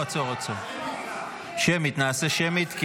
נעשה שמית.